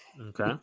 okay